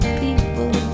people